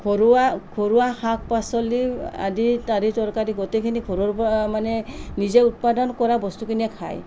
ঘৰুৱা ঘৰুৱা শাক পাচলি আদি তাৰি তৰকাৰি গোটেইখিনি ঘৰৰপৰা মানে নিজে উৎপাদন কৰা বস্তুখিনিয়ে খায়